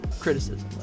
criticism